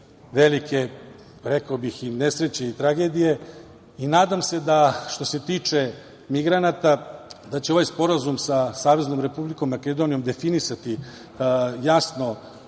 velike, rekao bih, i nesreće i tragedije. Nadam se da će što se tiče migranata ovaj sporazum sa Saveznom Republikom Makedonijom definisati jasno